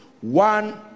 one